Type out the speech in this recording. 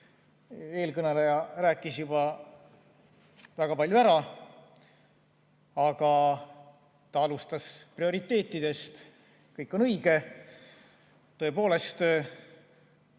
Eelkõneleja rääkis juba väga palju ära, aga ta alustas prioriteetidest. Kõik on õige. Tõepoolest,